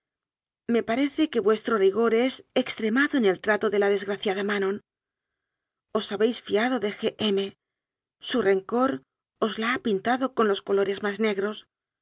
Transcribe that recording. me parece que vuestro rigor es extremado en el trato de la desgraciada manon os habéis fiado de g m su rencor os la ha pintado con los colores más negros